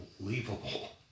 unbelievable